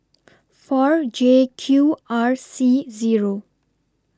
four J Q R C Zero